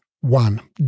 One